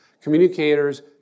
communicators